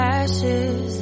ashes